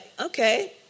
okay